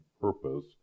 purpose